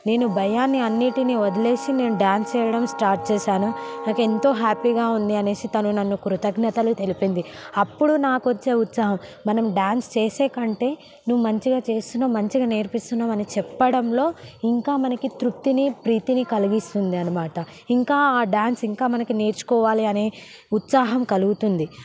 నేను భయాన్ని అన్నిటిని వదిలేసి నేను డ్యాన్స్ వేయడం స్టార్ట్ చేశాను నాకు ఎంతో హ్యాపీగా ఉంది అనేసి తను నన్ను కృతజ్ఞతలు తెలిపింది అప్పుడు నాకు వచ్చే ఉత్సాహం మనం డ్యాన్స్ చేసే కంటే నువ్వు మంచిగా చేస్తున్నావు మంచిగా నేర్పిస్తున్నావు అని చెప్పడంలో ఇంకా మనకి తృప్తిని ప్రీతిని కలిగిస్తుంది అనమాట ఇంకా ఆ డ్యాన్స్ ఇంకా మనకి నేర్చుకోవాలి అని ఉత్సాహం కలుగుతుంది